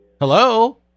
Hello